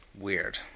Weird